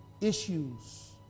issues